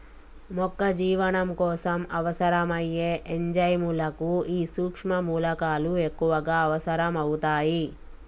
మొక్క జీవనం కోసం అవసరం అయ్యే ఎంజైముల కు ఈ సుక్ష్మ మూలకాలు ఎక్కువగా అవసరం అవుతాయి